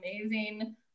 amazing